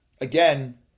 again